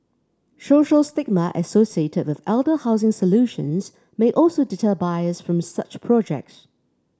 social stigma associated with elder housing solutions may also deter buyers from such projects